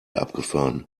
abgefahren